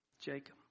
Jacob